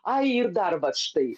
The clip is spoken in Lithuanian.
ai ir darbas štai